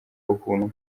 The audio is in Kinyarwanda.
ubuntu